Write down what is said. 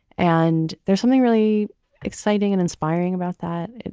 and there's something really exciting and inspiring about that.